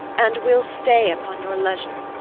and will stay upon your leisure.